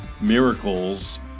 Miracles